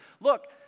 Look